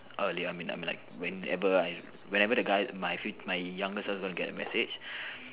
earlier I mean like I mean like whenever I whenever the guy my f~ my younger self is gonna get the message